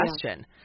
question